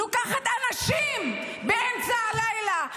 לוקחת אנשים באמצע הלילה,